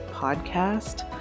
podcast